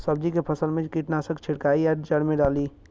सब्जी के फसल मे कीटनाशक छिड़काई या जड़ मे डाली?